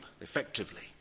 effectively